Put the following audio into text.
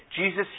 Jesus